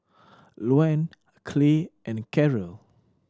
Luann Clay and Karol